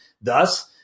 Thus